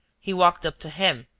he walked up to him,